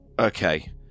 Okay